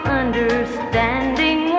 understanding